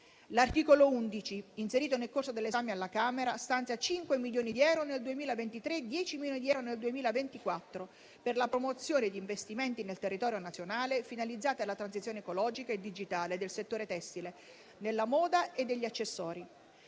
L'articolo 11, inserito nel corso dell'esame alla Camera, stanzia 5 milioni di euro nel 2023 e 10 milioni di euro nel 2024 per la promozione di investimenti nel territorio nazionale finalizzati alla transizione ecologica e digitale nel settore tessile, della moda e degli accessori.